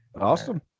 Awesome